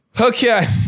Okay